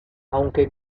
aunque